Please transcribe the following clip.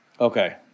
Okay